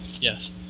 yes